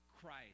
christ